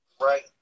right